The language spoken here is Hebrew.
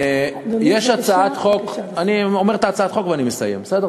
אדוני, אני אומר את הצעת החוק ואני מסיים, בסדר?